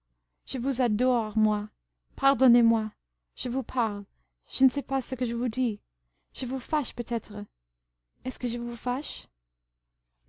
je vous adore moi pardonnez-moi je vous parle je ne sais pas ce que je vous dis je vous fâche peut-être est-ce que je vous fâche